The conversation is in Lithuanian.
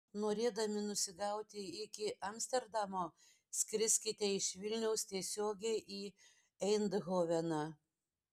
norėdami nusigauti iki amsterdamo skriskite iš vilniaus tiesiogiai į eindhoveną